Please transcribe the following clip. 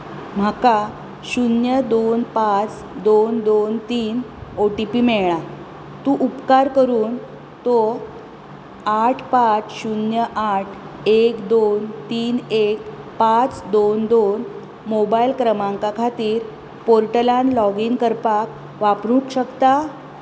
म्हाका शून्य दोन पांच दोन दोन तीन ओ टी पी मेळळ्या तूं उपकार करून तो आठ पांच शून्य आठ एक दोन तीन एक पांच दोन दोन मोबायल क्रमांका खातीर पोर्टलांत लॉगीन करपाक वापरूंक शकता